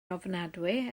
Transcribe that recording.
ofnadwy